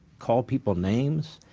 call people names,